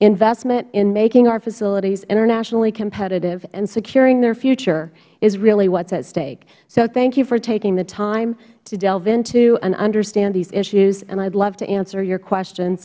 investment in making our facilities internationally competitive and securing their future is really what is at stake so thank you for taking the time to delve into and understand these issues and i would love to answer your questions